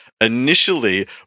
initially